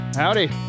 Howdy